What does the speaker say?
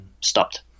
stopped